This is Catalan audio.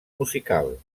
musical